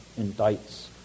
indicts